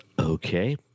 Okay